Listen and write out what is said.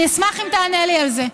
אני אשמח אם תענה לי על זה.